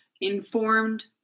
informed